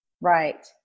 Right